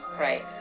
right